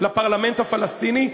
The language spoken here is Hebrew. לפרלמנט הפלסטיני,